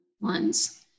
ones